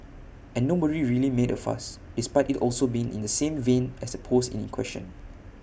and nobody really made A fuss despite IT also being in the same vein as the post in question